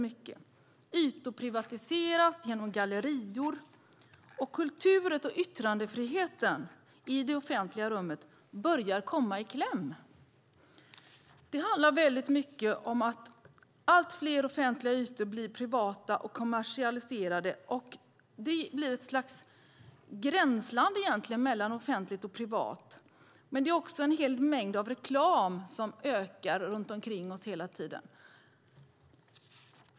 Ytor privatiseras genom gallerior, och kulturen och yttrandefriheten i det offentliga rummet börjar komma i kläm. Det handlar mycket om att allt fler offentliga ytor blir privata och kommersialiserade. Det blir egentligen ett slags gränsland mellan offentligt och privat, men också mängden reklam ökar runt omkring oss hela tiden.